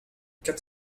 quatre